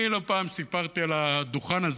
לא פעם סיפרתי על הדוכן הזה,